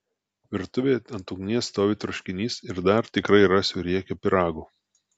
virtuvėje ant ugnies stovi troškinys ir dar tikrai rasiu riekę pyrago